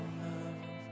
love